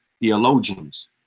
theologians